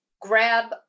grab